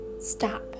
Stop